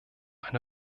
eine